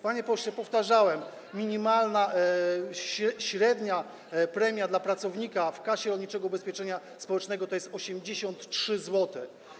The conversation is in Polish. Panie pośle, powtarzałem: Minimalna średnia premia dla pracownika Kasy Rolniczego Ubezpieczenia Społecznego wynosi 83 zł.